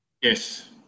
Yes